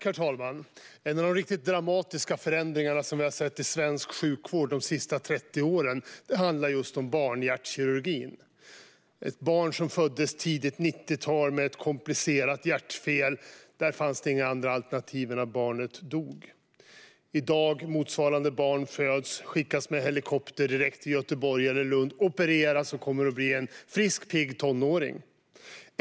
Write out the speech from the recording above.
Herr talman! En av de riktigt dramatiska förändringar som vi har sett i svensk sjukvård under de senaste 30 åren handlar just om barnhjärtkirurgin. För ett barn som föddes under tidigt 1990-tal med ett komplicerat hjärtfel fanns det inget annat alternativ än att barnet dog. Motsvarande barn som föds i dag skickas med helikopter direkt till Göteborg eller Lund, opereras och kommer att bli en frisk och pigg tonåring.